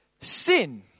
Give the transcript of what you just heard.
sin